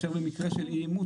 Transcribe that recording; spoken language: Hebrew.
אם הוא רוצה לאמץ,